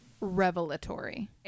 revelatory